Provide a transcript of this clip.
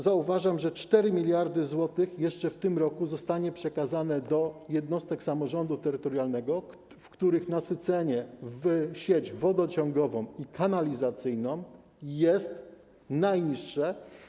Zauważam, że 4 mld zł jeszcze w tym roku zostanie przekazane do jednostek samorządu terytorialnego, w których nasycenie w sieć wodociągową i kanalizacyjną jest najniższe.